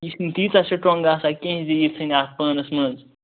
یہِ چھُ نہٕ تیٖژاہ سٹرانٛگ آسان کیٚنٛہہ زِ یہِ ژھٕنہِ اتھ پانَس مَنٛز